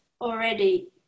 already